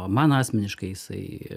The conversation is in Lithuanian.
o man asmeniškai jisai